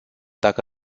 dacă